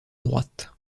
droite